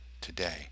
today